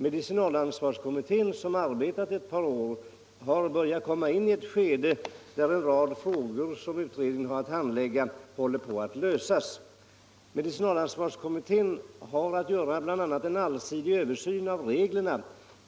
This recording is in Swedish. Medicinalansvarskommittén, som har arbetat ett par år, har börjat komma in i ett skede där en rad frågor som utredningen har att handlägga håller på att lösas. Medicinalansvarskommittén har att göra bl.a. en allsidig översyn av reglerna